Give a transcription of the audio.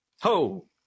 Ho